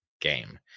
game